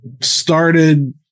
started